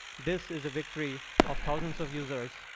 this is a victory of thousands of users,